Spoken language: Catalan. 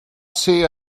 ser